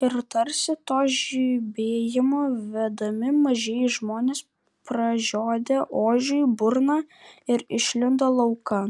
ir tarsi to žibėjimo vedami mažieji žmonės pražiodė ožiui burną ir išlindo laukan